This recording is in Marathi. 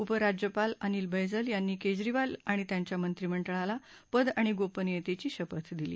उप राज्यपाल अनिल बैजल यांनी केजरीवाल आणि त्यांच्या मत्रिमंडळाला पद आणि गोपनियतेची शपथ दिली